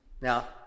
Now